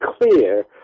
clear